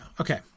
okay